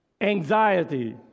anxiety